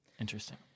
Interesting